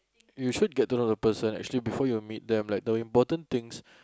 you should get to know the person actually before you meet the important things